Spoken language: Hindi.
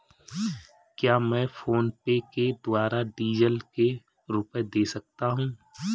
क्या मैं फोनपे के द्वारा डीज़ल के रुपए दे सकता हूं?